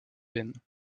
veine